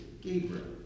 Gabriel